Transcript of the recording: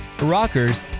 rockers